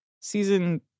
season